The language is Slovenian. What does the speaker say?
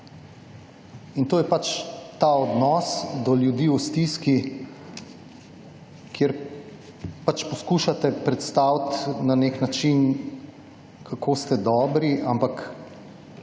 In to je pač ta odnos do ljudi v stiski, kjer pač poskušate predstaviti na nek način kako ste dobri, ampak